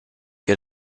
get